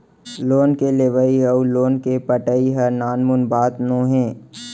loan के लेवइ अउ लोन के पटाई ह नानमुन बात नोहे